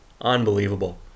unbelievable